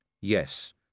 Yes